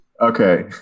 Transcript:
Okay